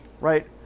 right